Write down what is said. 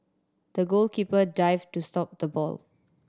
the goalkeeper dived to stop the ball